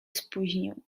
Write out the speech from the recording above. spóźnił